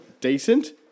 decent